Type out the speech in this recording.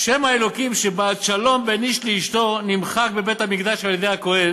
שם האלוקים שבעד שלום בין איש לאשתו נמחק בבית-המקדש על-ידי הכוהן,